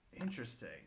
interesting